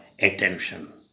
attention